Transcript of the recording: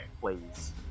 please